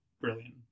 brilliant